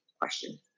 question